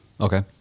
Okay